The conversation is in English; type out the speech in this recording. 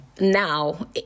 Now